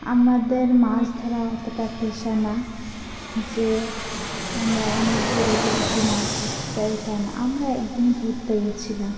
আমাদের মাছ ধরা অতটা পেশা না যে আমরা অনেক দূরে দূরে কি মাছ ধরতে চাই তাাই না আমরা একদিন ঘুরতে গিয়েছিলাম